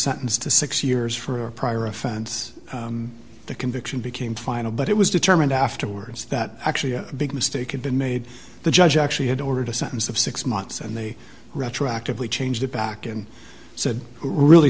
sentenced to six years for a prior offense the conviction became final but it was determined afterwards that actually a big mistake had been made the judge actually had ordered a sentence of six months and they retroactively changed it back and said really